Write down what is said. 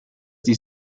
dies